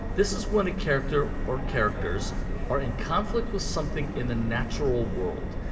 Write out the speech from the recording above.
this is when a character or characters are in conflict with something in the natural world,